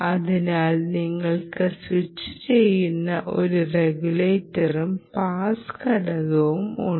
അതിനാൽ നിങ്ങൾക്ക് സ്വിച്ചുചെയ്യുന്ന ഒരു റെഗുലേറ്ററും പാസ് ഘടകവും ഉണ്ട്